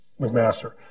McMaster